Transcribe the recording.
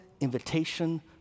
invitation